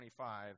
25